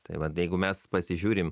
tai va jeigu mes pasižiūrim